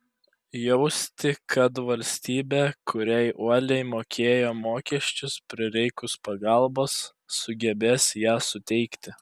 jausti kad valstybė kuriai uoliai mokėjo mokesčius prireikus pagalbos sugebės ją suteikti